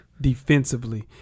Defensively